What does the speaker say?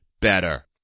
better